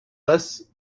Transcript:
less